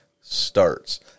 starts